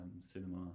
Cinema